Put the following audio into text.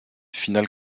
finale